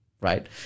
right